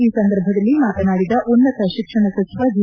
ಈ ಸಂದರ್ಭದಲ್ಲಿ ಮಾತನಾಡಿದ ಉನ್ನತ ಶಿಕ್ಷಣ ಸಚಿವ ಜಿ